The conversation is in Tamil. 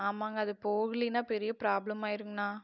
ஆமாங்க அது போகலன்னா பெரிய ப்ராப்ளம் ஆகிடுங்கண்ணா